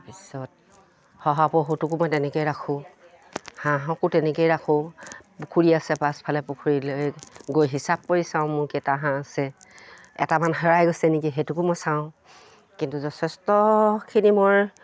তাৰপিছত শহাপহুটোকো মই তেনেকেই ৰাখোঁ হাঁহকো তেনেকেই ৰাখোঁ পুখুৰী আছে পাছফালে পুখুৰীলৈ গৈ হিচাপ কৰি চাওঁ মোৰ কেইটা হাঁহ আছে এটামান হেৰাই গৈছে নেকি সেইটোকো মই চাওঁ কিন্তু যচেষ্টখিনি মোৰ